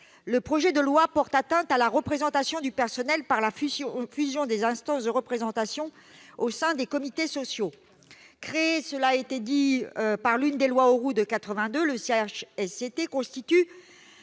ce projet de loi porte atteinte à la représentation du personnel par la fusion des instances de représentation au sein des comités sociaux. Créé- je le rappelle à mon tour -par l'une des lois Auroux de 1982, le CHSCT constitue